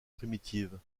primitive